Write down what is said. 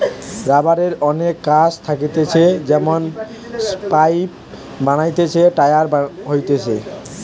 রাবারের অনেক কাজ থাকতিছে যেমন পাইপ বানাতিছে, টায়ার হতিছে